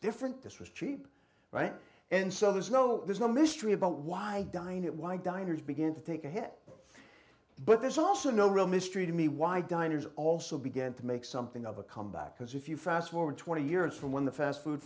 different this was cheap right and so there's no there's no mystery about why dine it why diners begin to think ahead but there's also no real mystery to me why diners also began to make something of a comeback because if you fast forward twenty years from when the fast food